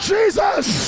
Jesus